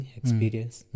experience